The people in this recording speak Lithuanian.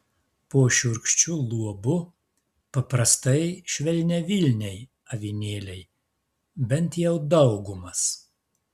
po šiurkščiu luobu paprastai švelniavilniai avinėliai bent jau daugumas